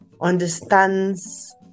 understands